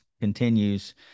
continues